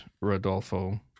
Rodolfo